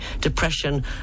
depression